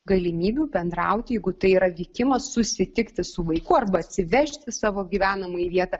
galimybių bendrauti jeigu tai yra vykimas susitikti su vaiku arba atsivežti savo gyvenamąją vietą